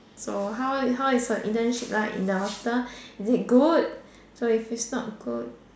so how how is your internship like in your hospital is it good so if it's not good